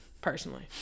personally